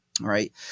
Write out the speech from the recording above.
Right